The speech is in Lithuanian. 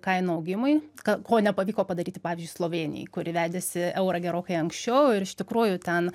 kainų augimui ką ko nepavyko padaryti pavyzdžiui slovėnijai kuri vedėsi eurą gerokai anksčiau ir iš tikrųjų ten